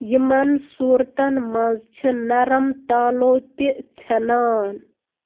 یِمَن صوٗرتَن منٛز چھِ نرم تالو تہِ ژھٮ۪نان